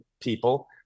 people